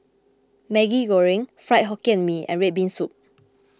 Maggi Goreng Fried Hokkien Mee and Red Bean Soup